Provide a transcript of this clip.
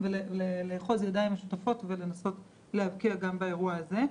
לאחוז ידיים ולנסות להבקיע גם באירוע הזה.